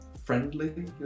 friendly